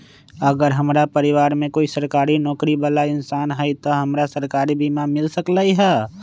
अगर हमरा परिवार में कोई सरकारी नौकरी बाला इंसान हई त हमरा सरकारी बीमा मिल सकलई ह?